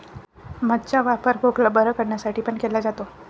मध चा वापर खोकला बरं करण्यासाठी पण केला जातो